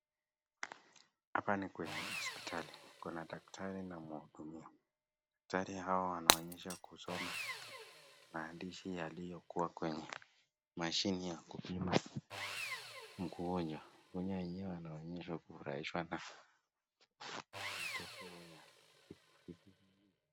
Hapa ni kwenye hospitali. Kuna daktari na mhudumiwa. Daktari hao wanaonyesha kusoma maandishi yaliyokuwa kwenye mashini ya kupima mkuunya. Mhudumiwa mwenyewe anaonekana kufurahishwa na matokeo ya kipimo hizi.